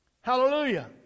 Hallelujah